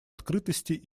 открытости